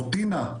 או טינה,